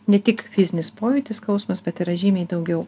ne tik fizinis pojūtis skausmas bet yra žymiai daugiau